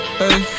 hey